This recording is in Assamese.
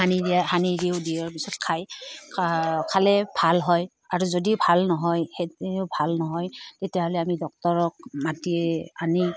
সানি দিয়া সানি দিওঁ দিয়াৰ পিছত খায় খালে ভাল হয় আৰু যদি ভাল নহয় সেইও ভাল নহয় তেতিয়াহ'লে আমি ডাক্তৰক মাতি আনি